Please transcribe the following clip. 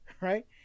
right